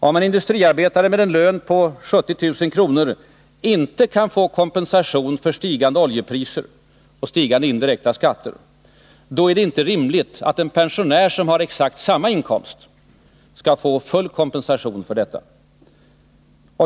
Om en industriarbetare med en lön på 70 000 kr. inte kan få kompensation för stigande oljepriser och stigande indirekta skatter är det inte rimligt att en pensionär med exakt samma inkomst skall få full kompensation för detta.